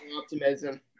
optimism